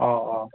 অঁ অঁ